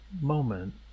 moment